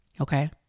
Okay